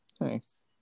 Nice